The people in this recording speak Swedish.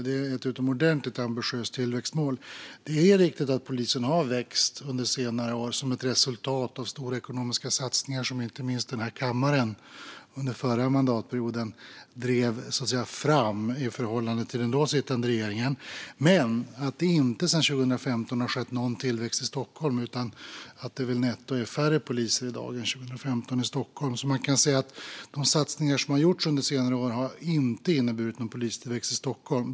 Det är ett utomordentligt ambitiöst tillväxtmål. Det är riktigt att polisen har växt under senare år som ett resultat av stora ekonomiska satsningar, som inte minst den här kammaren under förra mandatperioden drev fram i förhållande till den då sittande regeringen, men att det inte sedan 2015 har skett någon tillväxt i Stockholm. Det är färre poliser netto i dag än 2015 i Stockholm. Man kan alltså säga att de satsningar som gjorts under senare år inte har inneburit någon polistillväxt i Stockholm.